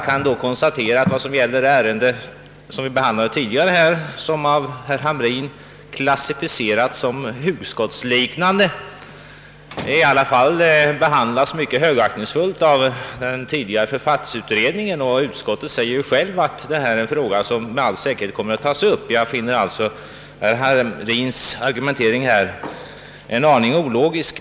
Jag konstaterar då att det ärende vi behandlade tidigare — och som herr Hamrin alltså klassificerar som hugskottsliknande — i alla fall har behandlats mycket högaktningsfullt av den tidigare författningsutredningen. Även utskottet skriver att detta är en fråga som med säkerhet kommer att tagas upp. Jag finner sålunda att herr Hamrins argumentering minst sagt är ologisk.